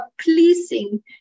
pleasing